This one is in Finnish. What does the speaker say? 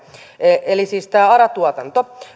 eli siis tämän ara tuotannon